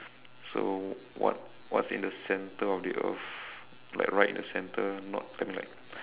so what what's in the centre of the earth like right in the centre not I mean like